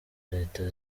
leta